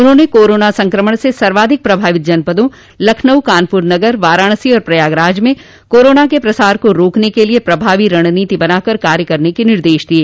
उन्होंने कोरोना संक्रमण से सर्वाधिक प्रभावित जनपदों लखनऊ कानपुर नगर वाराणसी तथा प्रयागराज में कोरोना के प्रसार को रोकने के लिए प्रभावी रणनीति बनाकर कार्य करने के निर्देश दिये